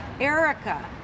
Erica